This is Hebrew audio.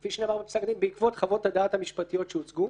כפי שנאמר בפסק הדין בעקבות חוות הדעת המשפטיות שהוצגו,